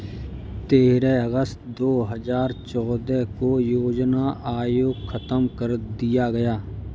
तेरह अगस्त दो हजार चौदह को योजना आयोग खत्म कर दिया गया